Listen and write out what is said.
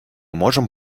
можем